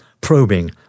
probing